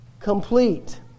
complete